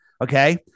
Okay